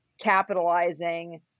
capitalizing